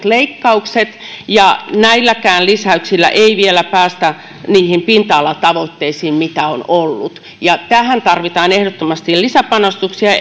leikkaukset ja näilläkään lisäyksillä ei vielä päästä niihin pinta alatavoitteisiin mitä on ollut tähän tarvitaan ehdottomasti lisäpanostuksia